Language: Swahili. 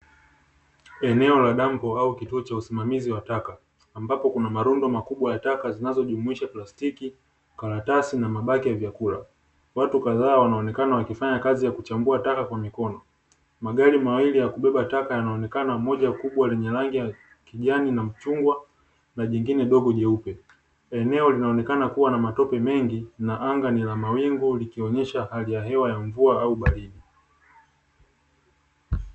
Eneo la dampo au kituo cha usimamizi wa taka ambapo Kuna marundo makubwa ya taka likijumuisha plastiki, karatasi na mabaki ya chakula . watu kadhaa wanaonekana wakichambua taka kwa mkono na magari mawili ya kubeba taka yanaonekana Moja kubwa lenye rangi ya kijani ya machungwa na jingine dogo jeupe eneo lina matope mengi na anga likiwa na hali ya hewa ya mvua au baridi .